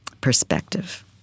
perspective